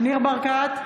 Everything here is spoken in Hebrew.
ניר ברקת,